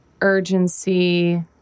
urgency